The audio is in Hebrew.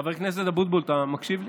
חבר הכנסת אבוטבול, אתה מקשיב לי?